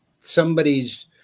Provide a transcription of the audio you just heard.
somebody's